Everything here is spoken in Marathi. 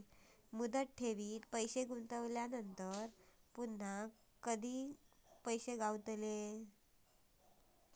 मुदत ठेवीत पैसे गुंतवल्यानंतर पुन्हा कधी आमचे पैसे गावतले?